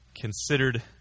considered